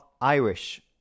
Irish